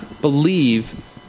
believe